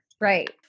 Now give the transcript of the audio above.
Right